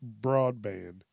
broadband